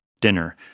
dinner